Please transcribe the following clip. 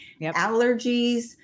allergies